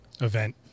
event